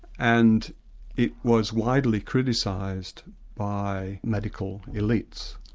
and it was widely criticised by medical elites,